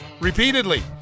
repeatedly